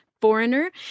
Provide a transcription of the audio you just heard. foreigner